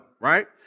right